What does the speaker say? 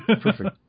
Perfect